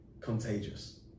contagious